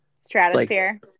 stratosphere